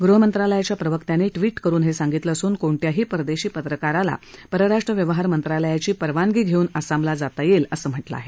गृहमंत्रालयाच्या प्रवक्त्यांनी ट्वीट करुन हे सांगितलं असून कोणत्याही परदेशी पत्रकाराला परराष्ट्र व्यवहार मंत्रालयाची परवानगी घेऊन असामला जाता येईल असं म्हटलं आहे